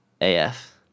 AF